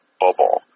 bubble